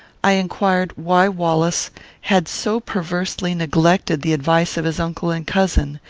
i inquired why wallace had so perversely neglected the advice of his uncle and cousin,